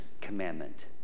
Commandment